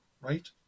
right